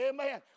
Amen